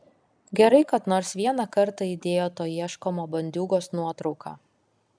gerai kad nors vieną kartą įdėjo to ieškomo bandiūgos nuotrauką